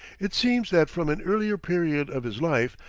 it seems that from an early period of his life,